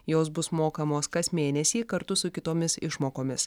jos bus mokamos kas mėnesį kartu su kitomis išmokomis